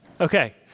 Okay